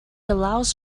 allows